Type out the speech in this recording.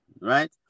Right